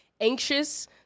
anxious